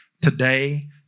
Today